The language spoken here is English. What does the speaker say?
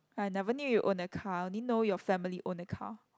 I never knew you own a car I only know your family own a car